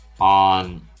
On